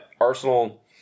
Arsenal